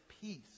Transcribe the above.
peace